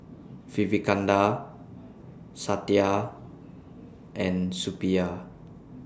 Vivekananda Satya and Suppiah